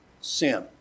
sin